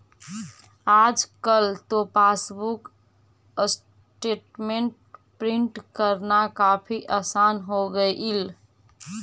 आजकल तो passbook statement print करना काफी आसान हो गईल